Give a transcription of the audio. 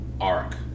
ARC